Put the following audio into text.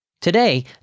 Today